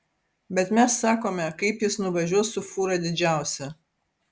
bet mes sakome kaip jis nuvažiuos su fūra didžiausia